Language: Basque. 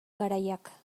garaiak